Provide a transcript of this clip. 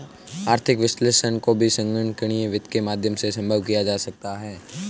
आर्थिक विश्लेषण को भी संगणकीय वित्त के माध्यम से सम्भव किया जा सकता है